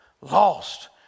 lost